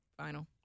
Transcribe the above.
Final